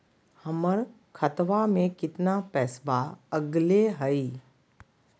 हमर खतवा में कितना पैसवा अगले हई?